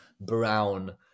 brown